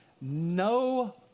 no